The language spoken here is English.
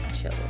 chill